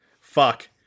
fuck